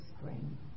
spring